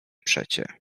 przecie